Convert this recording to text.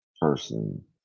person